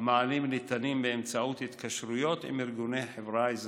המענים ניתנים באמצעות התקשרויות עם ארגוני חברה אזרחית.